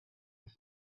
and